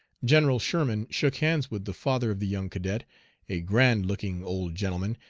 general sherman shook hands with the father of the young cadet a grand-looking old gentleman,